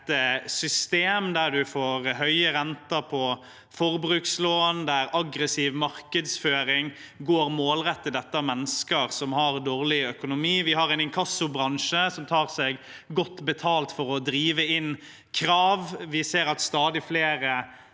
system der man får høy rente på forbrukslån, og der aggressiv markedsføring går målrettet etter mennesker som har dårlig økonomi. Vi har en inkassobransje som tar seg godt betalt for å drive inn krav. Vi ser at stadig flere